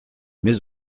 mets